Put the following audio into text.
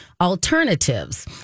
alternatives